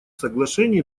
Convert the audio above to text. соглашений